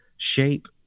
Shape